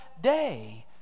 day